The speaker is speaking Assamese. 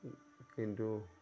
কিন্তু